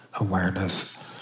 awareness